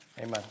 Amen